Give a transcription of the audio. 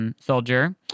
soldier